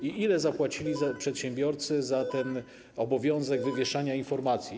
Ile zapłacili przedsiębiorcy za obowiązek wywieszania informacji?